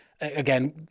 Again